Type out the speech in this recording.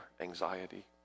anxiety